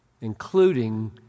including